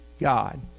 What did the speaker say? God